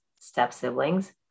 step-siblings